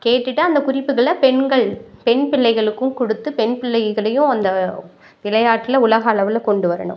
கேட்டுட்டு அந்த குறிப்புகளை பெண்கள் பெண் பிள்ளைகளுக்கும் கொடுத்து பெண் பிள்ளைகளையும் அந்த விளையாட்டில் உலக அளவில் கொண்டு வரணும்